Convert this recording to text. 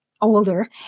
older